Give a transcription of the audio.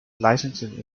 licensing